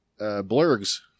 Blurgs